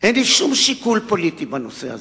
אין לי שום שיקול פוליטי בנושא הזה.